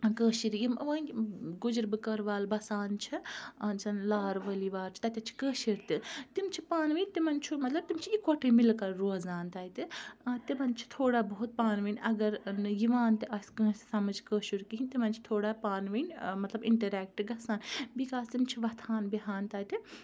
کٲشِرۍ یِم ؤنۍ گُجَر بٔکٕروال بَسان چھِ زَن لارؤلی وار چھِ تَتٮ۪تھ چھِ کٲشِرۍ تہِ تِم چھِ پانہٕ تِمَن چھُ مطلب تِم چھِ اِکوَٹَے مِل کَر روزان تَتہِ تِمَن چھِ تھوڑا بہت پانہٕ ؤنۍ اگر نہٕ یِوان تہِ آسہِ کٲنٛسہِ سَمٕجھ کٲشُر کِہیٖنۍ تِمَن چھِ تھوڑا پانہٕ ؤنۍ مطلب اِنٹَریکٹ گژھان بِکاز تِم چھِ وَتھان بیٚہَان تَتہِ